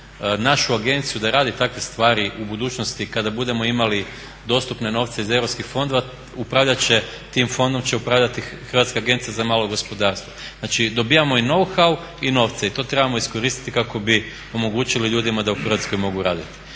našu agenciju da radi takve stvari. U budućnosti kada budemo imali dostupne novce iz europskih fondova upravljat će, tim fondom će upravljati Hrvatska agencija za malo gospodarstvo. Znači dobivamo i no hau i novce i to trebamo iskoristiti kako bi omogućili ljudima da u Hrvatskoj mogu raditi.